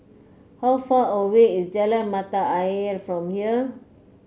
how far away is Jalan Mata Ayer from here